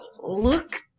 look